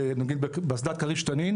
באסדת כריש תנין,